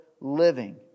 living